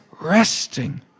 resting